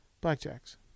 blackjacks